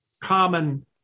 common